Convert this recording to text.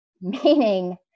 Meaning